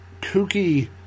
kooky